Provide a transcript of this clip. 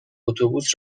اتوبوس